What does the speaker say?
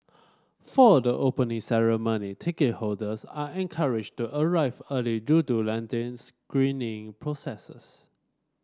for the Opening Ceremony ticket holders are encouraged to arrive early due to lengthy screening processes